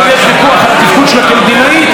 יש ויכוח על התפקוד שלה כמדינאית,